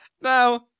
now